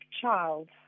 child